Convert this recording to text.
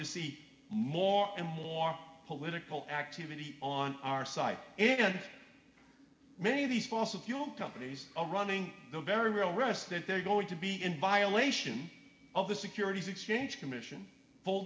to see more and more political activity on our side and many of these fossil fuel companies are running the very real risk that they're going to be in violation of the securities exchange commission full